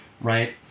right